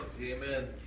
Amen